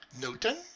newton